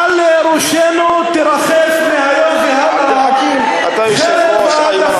מעל ראשינו תרחף מהיום והלאה חרב ההדחה